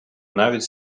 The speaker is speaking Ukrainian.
навіть